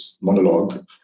monologue